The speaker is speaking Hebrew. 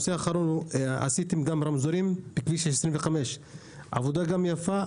עשיתם גם רמזורים בכביש 25. עבודה יפה,